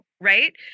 right